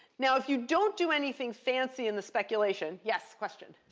now, if you don't do anything fancy in the speculation yes, question?